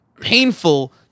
painful